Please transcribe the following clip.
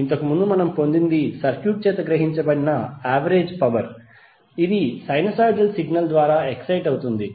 ఇంతకుముందు మనం పొందినది సర్క్యూట్ చేత గ్రహించబడిన యావరేజ్ పవర్ ఇది సైనోసోయిడల్ సిగ్నల్ ద్వారా ఎక్సైట్ అవుతుంది